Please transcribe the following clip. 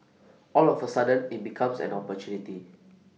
all of A sudden IT becomes an opportunity